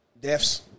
Deaths